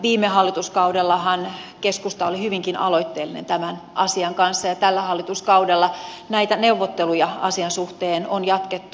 viime hallituskaudellahan keskusta oli hyvinkin aloitteellinen tämän asian kanssa ja tällä hallituskaudella näitä neuvotteluja asian suhteen on jatkettu